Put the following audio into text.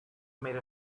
made